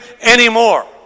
anymore